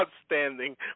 outstanding